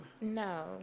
No